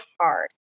hard